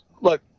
look